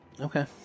Okay